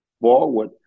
forward